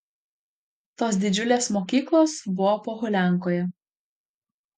tos didžiulės mokyklos buvo pohuliankoje